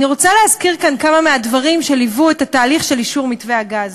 אני רוצה להזכיר כאן כמה מהדברים שליוו את התהליך של אישור מתווה הגז: